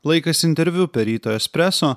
laikas interviu per ryto espreso